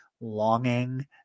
longing